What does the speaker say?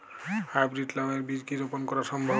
High breed লাও এর বীজ কি রোপন করা সম্ভব?